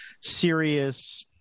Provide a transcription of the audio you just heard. serious